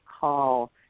call